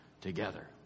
together